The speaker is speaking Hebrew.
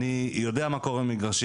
אני יודע מה קורה במגרשים.